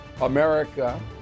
America